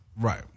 Right